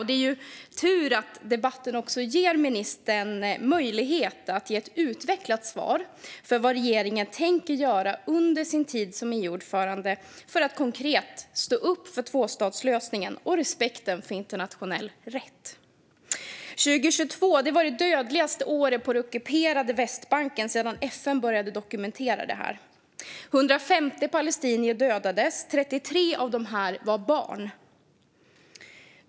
Det är tur att debatten ger ministern möjlighet att ge ett utvecklat svar om vad regeringen tänker göra under sin tid som EU-ordförande för att konkret stå upp för tvåstatslösningen och respekten för internationell rätt. År 2022 var det dödligaste året på den ockuperade Västbanken sedan FN började dokumentera detta. 150 palestinier dödades. 33 av dem var barn.